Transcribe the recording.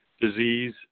disease